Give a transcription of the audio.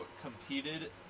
competed